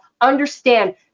understand